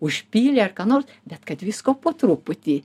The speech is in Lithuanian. užpylė ar ką nors bet kad visko po truputį